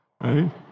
Right